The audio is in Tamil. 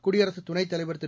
குடியரசு துணைத் தலைவர் திரு